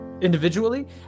individually